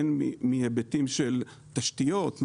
הן מהיבטים של תשתיות,